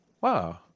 wow